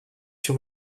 sur